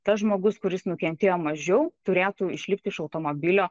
tas žmogus kuris nukentėjo mažiau turėtų išlipti iš automobilio